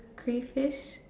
crayfish